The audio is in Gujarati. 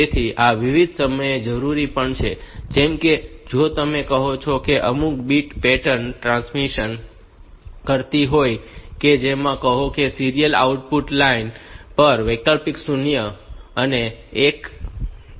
તેથી આ વિવિધ સમયે જરૂરી પણ છે જેમ કે જો તમે કહો છો કે અમુક બીટ પેટર્ન ટ્રાન્સમિટ કરવી હોય કે જેમાં કહો કે સીરીયલ આઉટપુટ લાઇન પર વૈકલ્પિક શૂન્ય અને એક છે